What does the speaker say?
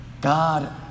God